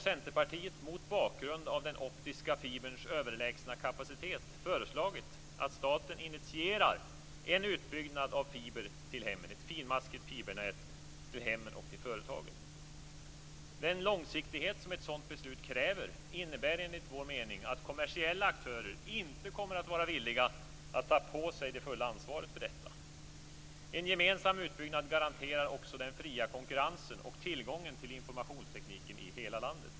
Centerpartiet har, mot bakgrund av den optiska fiberns överlägsna kapacitet, föreslagit att staten initierar en utbyggnad av ett finmaskigt fibernät till hemmen och till företagen. Den långsiktighet som ett sådant beslut kräver innebär enligt vår mening att kommersiella aktörer inte kommer att vara villiga att ta på sig det fulla ansvaret för detta. En gemensam utbyggnad garanterar också den fria konkurrensen och tillgången till informationstekniken i hela landet.